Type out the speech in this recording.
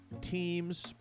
teams